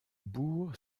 bourg